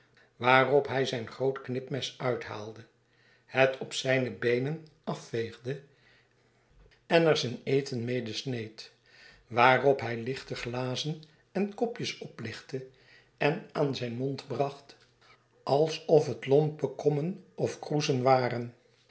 waarop hij zijn groot knip mes uithaalde het op zijne beenen afveegde groote verwachtwgen en er zijn eten mede sneed waarop hij lichte glazen en kopjes oplichtte en aan zijn mond bracht alsof het lompe kommen of kroezen waren